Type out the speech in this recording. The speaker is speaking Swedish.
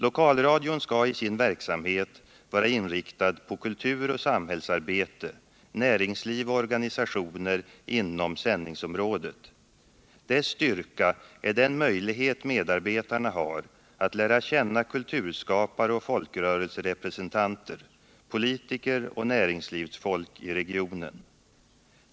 Lokalradion skall i sin verksamhet vara inriktad på kultur och samhällsarbete, på näringsliv och organisationer inom sändningsområdet. Dess styrka är den möjlighet medarbetarna har att lära känna kulturskapare och folkrörelserepresentanter, politiker och näringslivsfolk inom regionen.